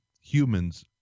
humans